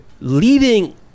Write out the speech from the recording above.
leading